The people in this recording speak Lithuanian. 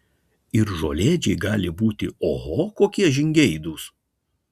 ir žolėdžiai gali būti oho kokie žingeidūs